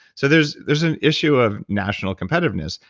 so there's there's an issue of national competitiveness.